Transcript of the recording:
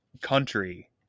country